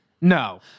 No